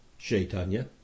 Shaitanya